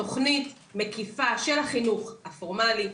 תכנית מקיפה של החינוך הפורמלי,